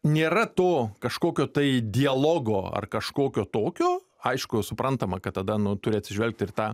nėra to kažkokio tai dialogo ar kažkokio tokio aišku suprantama kad tada nu turi atsižvelgt ir į tą